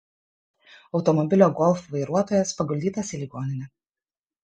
automobilio golf vairuotojas paguldytas į ligoninę